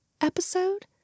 episode